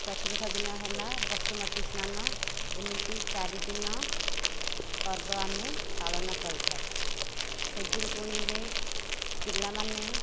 ଚତୁର୍ଥ ଦିନ ହେଲା ବସୁମତୀ ସ୍ନାନ ଏମିତି ଚାରି ଦିନ ପର୍ବ ଆମେ ପାଳନ କରିଥାଉ ଖୁଦୁରୁକୁଣିରେ ପିଲା ମାନେ